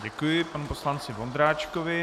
Děkuji panu poslanci Vondráčkovi.